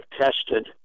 tested